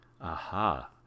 Aha